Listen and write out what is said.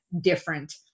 different